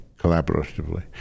collaboratively